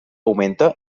augmenta